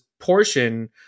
portion